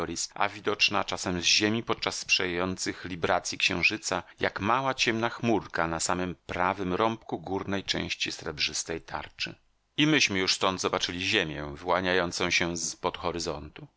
a widoczna czasem z ziemi podczas sprzyjających libracji księżyca jak mała ciemna chmurka na samym prawym rąbku górnej części srebrzystej tarczy i myśmy już stąd zobaczyli ziemię wyłaniającą się z pod horyzontu